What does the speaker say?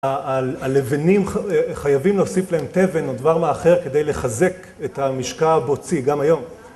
הלבנים חייבים להוסיף להם תבן או דבר מאחד כדי לחזק את המשקע הבוצי גם היום